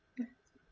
uh